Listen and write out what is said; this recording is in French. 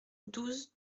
douze